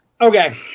Okay